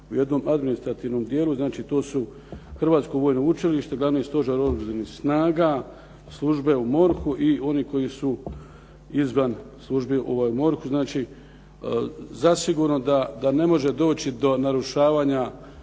u jednom administrativnom dijelu. Znači to su Hrvatsko vojno učilište, glavni stožer oružanih snaga, službe u MORH-u i oni koji su izvan službi u MORH-u, znači zasigurno da ne može doći do narušavanja